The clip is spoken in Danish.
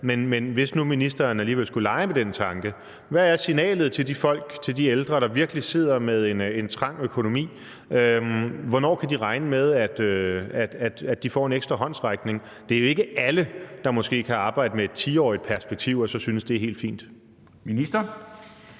men hvis ministeren nu alligevel skulle lege med den tanke, hvad er så signalet til de folk, til de ældre, der virkelig sidder med en trang økonomi? Hvornår kan de regne med, at de får en ekstra håndsrækning? Det er jo ikke alle, der måske kan arbejde med et 10-årigt perspektiv og synes, at det er helt fint.